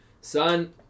Son